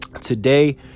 Today